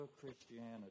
Christianity